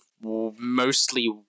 mostly